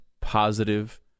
positive